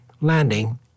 landing